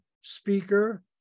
speaker